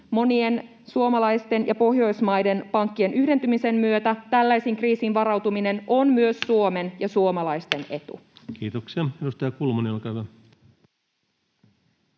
monien suomalaisten ja Pohjoismaiden pankkien yhdentymisen myötä tällaiseen kriisiin varautuminen on myös Suomen ja suomalaisten etu. [Speech 175] Speaker: